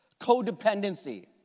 codependency